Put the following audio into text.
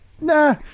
Nah